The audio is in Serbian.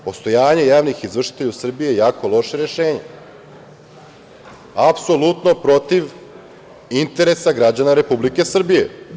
Postojanje javnih izvršitelja u Srbiji je jako loše rešenje, apsolutno protiv interesa građana Republike Srbije.